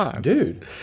dude